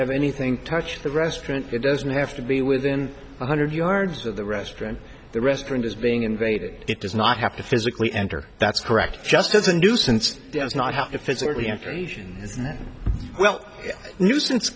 have anything touch the restaurant it doesn't have to be within one hundred yards of the restaurant the restaurant is being invaded it does not have to physically enter that's correct just as a nuisance does not have to physically information as well nuisance